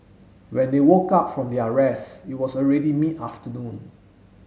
when they woke up from their rest it was already mid afternoon